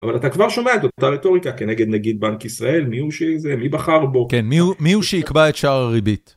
אבל אתה כבר שומע את אותה רטוריקה כנגד נגיד בנק ישראל, מי הוא שזה, מי בחר בו. כן, מי הוא שיקבע את שער הריבית.